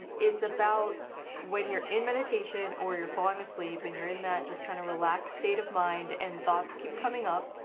it's about when you're in meditation or you're falling asleep and you're in that just kind of relaxed state of mind and thoughts keep coming up,